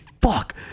fuck